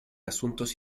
asuntos